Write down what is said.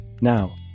Now